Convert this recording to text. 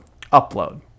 upload